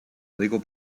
legal